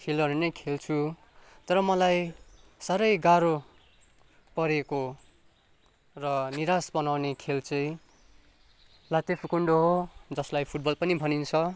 खेलहरू नै खेल्छु तर मलाई साह्रै गाह्रो परेको र निरास बनाउने खेल चै लात्ते भकुन्डो हो जसलाई फुटबल पनि भनिन्छ